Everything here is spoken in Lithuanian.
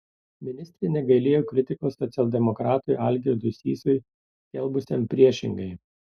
ministrė negailėjo kritikos socialdemokratui algirdui sysui skelbusiam priešingai